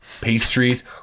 pastries